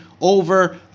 Over